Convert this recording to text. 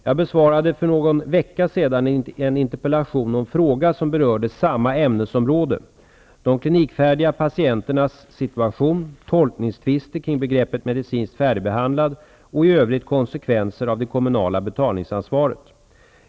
Jag besvarade för någon vecka sedan en interpellation och en fråga som berörde samma ämnesområde; de klinikfärdiga patienternas situation, tolkningstvister kring begreppet medicinskt färdigbehandlad och i övrigt konsekvenser av det kommunala betalninsansvaret.